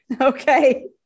Okay